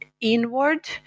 inward